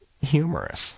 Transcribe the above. humorous